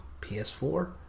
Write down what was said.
PS4